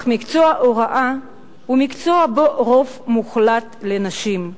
אך מקצוע ההוראה הוא מקצוע שבו יש רוב מוחלט לנשים,